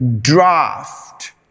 draft